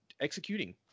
executing